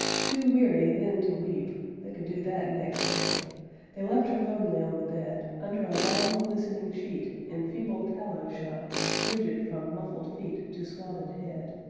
too weary then to weep they could do that next day they left her lonely on the bed, under a long, glistening sheet, in feeble tallow-shine, rigid from muffled feet to swathed head.